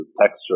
texture